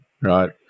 right